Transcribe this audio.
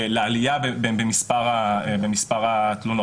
על מדיניות ועל ועדה שביקשנו.